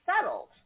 settled